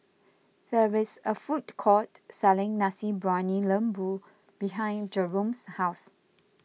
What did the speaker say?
there is a food court selling Nasi Briyani Lembu behind Jerome's house